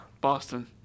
Boston